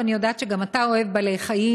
ואני יודעת שגם אתה אוהב בעלי-חיים,